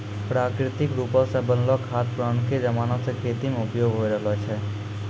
प्राकृतिक रुपो से बनलो खाद पुरानाके जमाना से खेती मे उपयोग होय रहलो छै